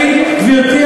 גברתי,